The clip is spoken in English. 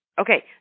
Okay